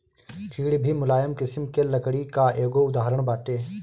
चीड़ भी मुलायम किसिम के लकड़ी कअ एगो उदाहरण बाटे